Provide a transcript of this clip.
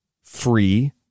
free